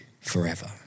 forever